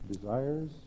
desires